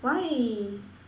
why